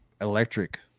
electric